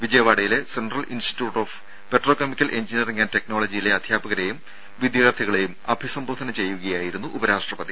വിജയവാഡയിലെ central institute of petro chemical engineering and ടെക്നോളജിയിലെ അധ്യാപകരെയും വിദ്യാർഥികളെയും അഭിസംബോധന ചെയ്യുകയായിരുന്നു ഉപരാഷ്ട്രപതി